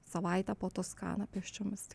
savaitę po toskaną pėsčiomis